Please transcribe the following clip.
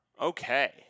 Okay